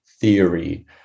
theory